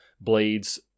Blades